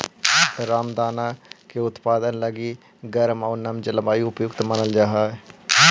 रामदाना के उत्पादन लगी गर्म आउ नम जलवायु उपयुक्त मानल जा हइ